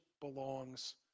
belongs